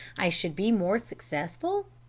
i should be more successful?